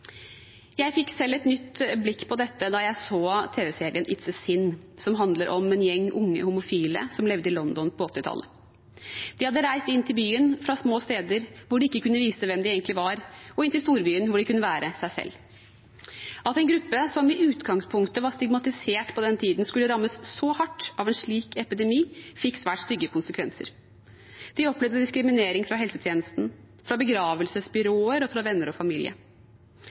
Jeg fikk selv et nytt blikk på dette da jeg så tv-serien «It’s a Sin», som handler om en gjeng unge homofile som levde i London på 1980-tallet. De hadde reist inn til byen fra små steder hvor de ikke kunne vise hvem de egentlig var – inn til storbyen, hvor de kunne være seg selv. At en gruppe som i utgangspunktet var stigmatisert på den tiden, skulle rammes så hardt av en slik epidemi, fikk svært stygge konsekvenser. De opplevde diskriminering fra helsetjenesten, fra begravelsesbyråer og fra venner og familie.